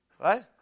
right